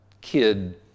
kid